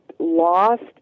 Lost